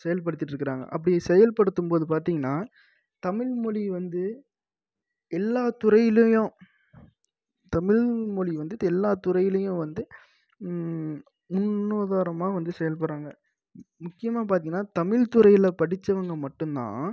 செயல்படுத்திகிட்டு இருக்கிறாங்க அப்படி செயல்படுத்தும் போது பார்த்திங்கனா தமிழ்மொழி வந்து எல்லா துறையிலையும் தமிழ்மொழி வந்து எல்லா துறையிலையும் வந்து முன் உதாரணமாக வந்து செயல்பட்றாங்க முக்கியமாக பார்த்திங்கனா தமிழ் துறையில் படிச்சவங்க மட்டுந்தான்